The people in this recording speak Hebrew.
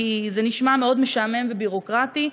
כי זה נשמע מאוד משעמם וביורוקרטי,